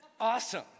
Awesome